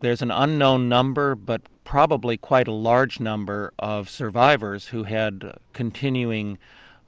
there's an unknown number, but probably quite a large number of survivors who had continuing